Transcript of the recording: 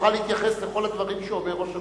תוכל להתייחס לכל הדברים שאומר ראש הממשלה?